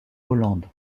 hollande